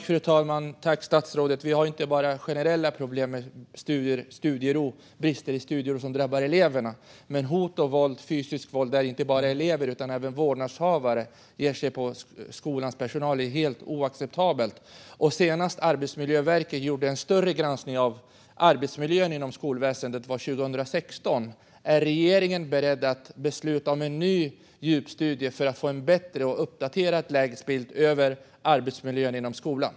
Fru talman! Tack, statsrådet! Vi har inte bara generella problem med brist på studiero, som drabbar eleverna. Hot och fysiskt våld gäller inte bara från elever. Även vårdnadshavare ger sig på skolans personal. Det är helt oacceptabelt. Senast Arbetsmiljöverket gjorde en större granskning av arbetsmiljön inom skolväsendet var 2016. Är regeringen beredd att besluta om en ny djupstudie för att få en bättre och uppdaterad lägesbild av arbetsmiljön inom skolan?